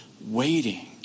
waiting